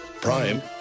Prime